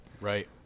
Right